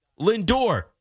Lindor